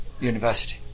University